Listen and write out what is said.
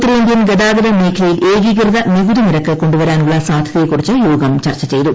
ഉത്തരേന്ത്യൻ ഗതാഗതമേഖലയിൽ ഏകീകൃത നികുതി നിരക്ക് കൊണ്ടുവരാനുള്ള സാധ്യതയെക്കുറിച്ച് യോഗം ചർച്ച ചെയ്തു